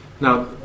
Now